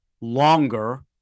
longer